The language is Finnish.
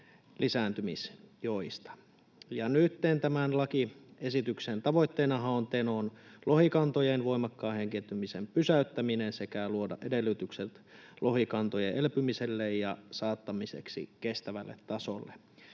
lisääntymisjoista. Ja nytten tämän lakiesityksen tavoitteenahan on Tenon lohikantojen voimakkaan heikentymisen pysäyttäminen sekä luoda edellytykset lohikantojen elpymiselle ja saattamiseksi kestävälle tasolle.